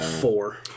Four